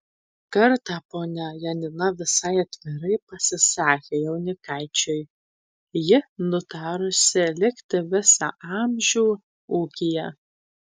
kartą ponia janina visai atvirai pasisakė jaunikaičiui ji nutarusi likti visą amžių ūkyje